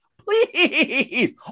please